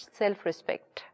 self-respect